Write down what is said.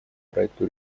проекту